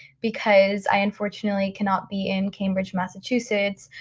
because i unfortunately cannot be in cambridge, massachusetts,